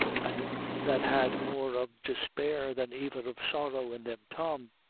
and that had more of despair than even of sorrow in them tom,